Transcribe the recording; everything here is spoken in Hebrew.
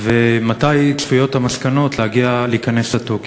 ומתי צפויות המסקנות להיכנס לתוקף?